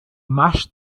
mashed